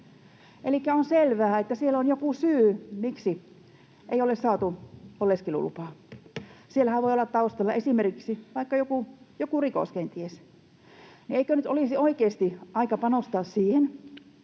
on selvää, että siellä on joku syy, miksi ei ole saatu oleskelulupaa. Siellähän voi olla taustalla esimerkiksi kenties vaikka joku rikos. Eikö nyt olisi oikeasti aika panostaa siihen,